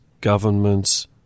governments